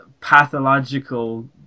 pathological